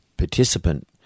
participant